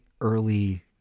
early